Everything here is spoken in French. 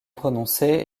prononcés